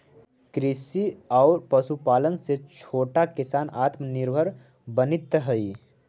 कृषि आउ पशुपालन से छोटा किसान आत्मनिर्भर बनित हइ